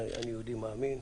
אני יהודי מאמין.